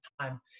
time